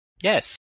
Yes